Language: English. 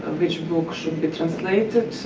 ah which book should be translated